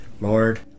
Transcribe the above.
Lord